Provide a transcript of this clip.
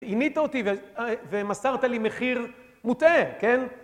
עינית אותי ומסרת לי מחיר מוטעה, כן?